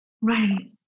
Right